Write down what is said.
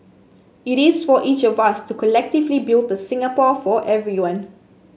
it is for each of us to collectively build a Singapore for everyone